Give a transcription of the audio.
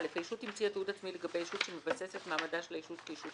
הישות המציאה תיעוד עצמי לגבי ישות שמבסס את מעמדה של הישות כישות